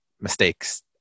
mistakes